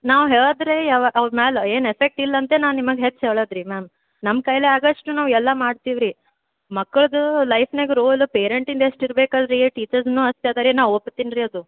ನಾವು ಹೇಳಿದ್ರೆ ಯಾವ ಅವ್ರ ಮ್ಯಾಲೆ ಏನು ಎಫೆಕ್ಟ್ ಇಲ್ಲಂತೆ ನಾ ನಿಮಗೆ ಹೆಚ್ಚು ಹೇಳೋದ್ ರೀ ಮ್ಯಾಮ್ ನಮ್ಮ ಕೈಲಿ ಆದಷ್ಟು ನಾವು ಎಲ್ಲ ಮಾಡ್ತೀವಿ ರೀ ಮಕ್ಕಳದ್ದು ಲೈಫ್ನಾಗ ರೂಲ್ ಪೇರೆಂಟಿಂದ ಎಷ್ಟು ಇರ್ಬೇಕು ಅಲ್ರಿ ಟೀಚರ್ಸೂ ಅಷ್ಟು ಅದ ರೀ ನಾ ಒಪ್ತೀನಿ ರೀ ಅದು